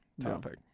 topic